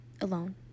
alone